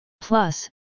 Plus